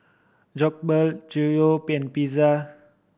Jokbal Gyudon Pizza